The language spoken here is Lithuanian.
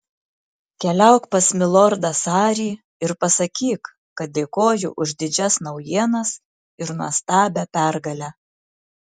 keliauk pas milordą sarį ir pasakyk kad dėkoju už didžias naujienas ir nuostabią pergalę